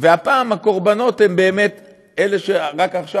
והפעם הקורבנות הם באמת אלה שרק עכשיו